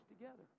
together